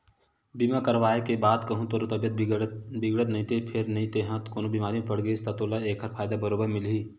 बीमा करवाय के बाद कहूँ तोर तबीयत बिगड़त नइते फेर तेंहा कोनो बेमारी म पड़ गेस ता तोला ऐकर फायदा बरोबर मिलही